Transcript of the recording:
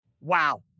Wow